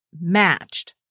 matched